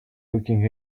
looking